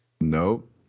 Nope